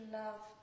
love